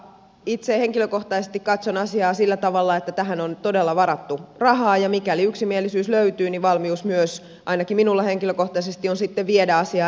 itse henkilökohtaisesti katson asiaa sillä tavalla että tähän on todella varattu rahaa ja mikäli yksimielisyys löytyy niin valmius myös ainakin minulla henkilökohtaisesti on sitten viedä asiaa eteenpäin